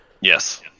yes